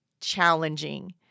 challenging